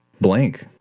Blank